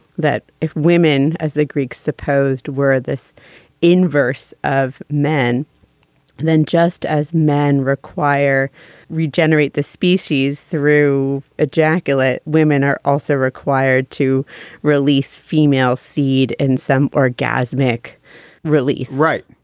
that if women, as the greeks supposed, were this inverse of men, and then just as men require regenerate the species through ejaculate. women are also required to release female seed in some orgasmic release right.